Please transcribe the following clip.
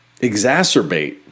exacerbate